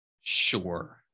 Sure